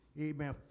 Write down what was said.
amen